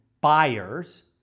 buyers